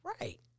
Right